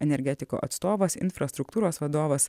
energetikų atstovas infrastruktūros vadovas